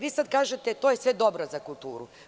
Vi sada kažete – to je sve dobro za kulturu.